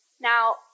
Now